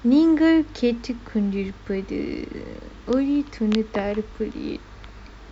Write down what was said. நீங்கள் கேட்டுக்கொண்டிருப்பது ஒலி தொண்ணுற்றாறு புள்ளி எட்டு:neengal kettukondiruppathu oli thonnutraaru pulli ettu